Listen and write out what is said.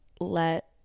let